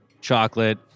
chocolate